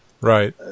Right